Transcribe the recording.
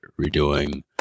redoing